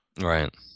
right